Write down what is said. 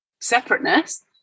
separateness